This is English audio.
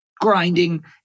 grinding